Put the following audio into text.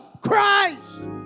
Christ